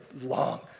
long